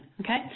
Okay